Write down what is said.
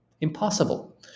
impossible